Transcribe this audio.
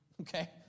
okay